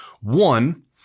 One